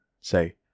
say